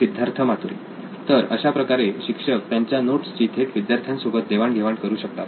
सिद्धार्थ मातुरी तर अशाप्रकारे शिक्षक त्यांच्या नोट्स ची थेट विद्यार्थ्यांसोबत देवाण घेवाण करु शकतात